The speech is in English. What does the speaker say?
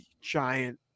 giant